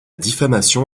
diffamation